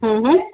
ہوں ہوں